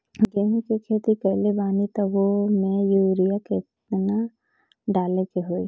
गेहूं के खेती कइले बानी त वो में युरिया केतना डाले के होई?